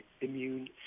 immune